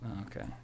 Okay